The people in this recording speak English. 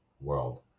world